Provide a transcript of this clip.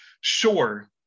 sure